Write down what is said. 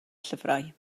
llyfrau